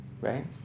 right